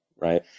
right